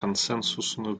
консенсусную